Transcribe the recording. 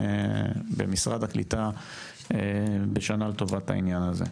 במשרד הקליטה בשנה לטובת העניין הזה.